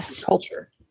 culture